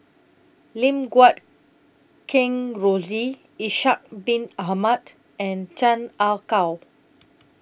Lim Guat Kheng Rosie Ishak Bin Ahmad and Chan Ah Kow